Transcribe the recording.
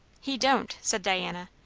he don't, said diana.